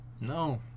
No